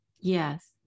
Yes